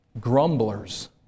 Grumblers